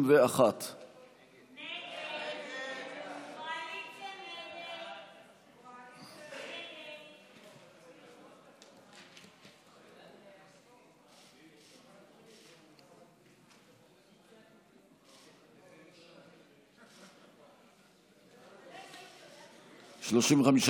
21. ההסתייגות (21) של קבוצת סיעת יש עתיד-תל"ם